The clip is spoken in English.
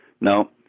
no